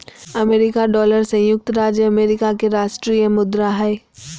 America dollar संयुक्त राज्य America के राष्ट्रीय मुद्रा हइ